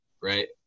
right